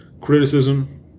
criticism